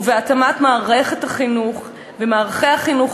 והתאמת מערכת החינוך ומערכי החינוך